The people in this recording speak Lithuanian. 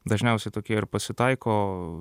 dažniausiai tokie ir pasitaiko